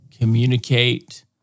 communicate